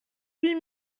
huit